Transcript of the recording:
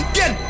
get